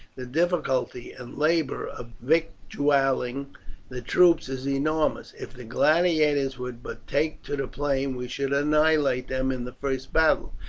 the difficulty and labour of victualling the troops is enormous. if the gladiators would but take to the plain we should annihilate them in the first battle.